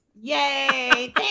Yay